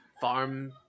farm